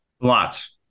Lots